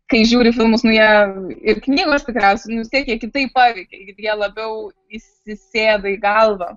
kai žiūri filmus nu jie ir knygos tikriausiai nu vis tiek jie kitaip paveikia jie labiau įsisėda į galvą